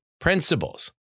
principles